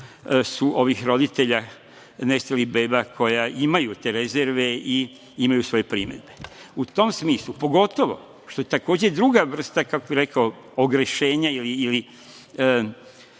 ovih roditelja nestalih beba, koji imaju te rezerve i imaju svoje primedbe. U tom smislu, pogotovo što je to druga vrsta, kako bi rekao, ogrešenja ili